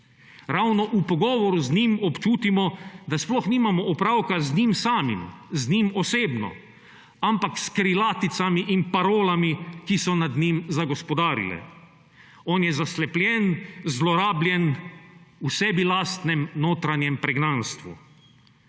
Ravno v pogovoru z njim občutimo, da sploh nimamo opravka z njim samim, z njim osebno, ampak s krilaticami in parolami, ki so nad njim zagospodarile. On je zaslepljen, zlorabljen v sebi lastnem notranjem pregnanstvu.